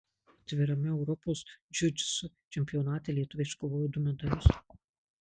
atvirame europos džiudžitsu čempionate lietuviai iškovojo du medalius